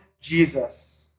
Jesus